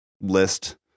list